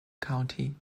county